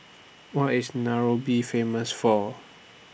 What IS Nairobi Famous For